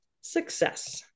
success